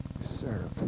serve